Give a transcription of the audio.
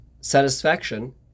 satisfaction